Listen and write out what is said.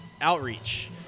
outreach